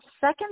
second